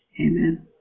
Amen